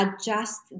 adjust